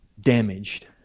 damaged